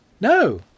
no